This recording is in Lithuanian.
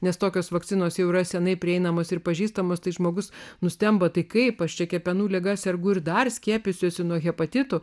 nes tokios vakcinos jau yra seniai prieinamos ir pažįstamas tai žmogus nustemba tai kaip aš čia kepenų liga sergu ir dar skiepysiu nuo hepatitų